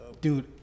dude